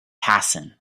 hassan